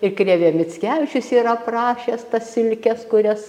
ir krėvė mickevičius yra aprašęs tas silkes kurias